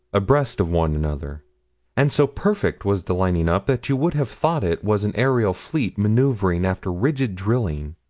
abreast of one another and so perfect was the lining up that you would have thought it was an aerial fleet maneuvering after rigid drilling.